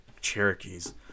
Cherokees